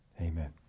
Amen